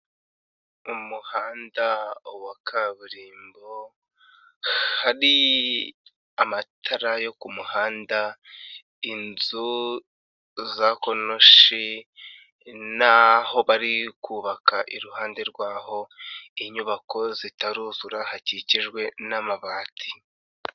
Umuhanda wa kaburimbo, hari amatara yo ku muhanda, inzu za konoshi n'aho bari kubaka iruhande rwaho inyubako zitaruzura, hakikijwe n'amabati.